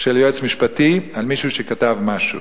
של יועץ משפטי על מישהו שכתב משהו.